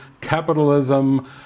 capitalism